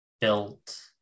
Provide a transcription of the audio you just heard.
built